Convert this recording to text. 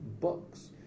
books